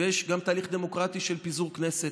ויש גם תהליך דמוקרטי של פיזור כנסת.